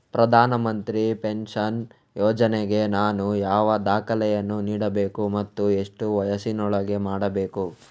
ಪ್ರಧಾನ ಮಂತ್ರಿ ಪೆನ್ಷನ್ ಯೋಜನೆಗೆ ನಾನು ಯಾವ ದಾಖಲೆಯನ್ನು ನೀಡಬೇಕು ಮತ್ತು ಎಷ್ಟು ವಯಸ್ಸಿನೊಳಗೆ ಮಾಡಬೇಕು?